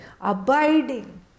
abiding